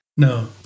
No